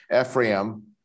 Ephraim